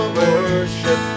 worship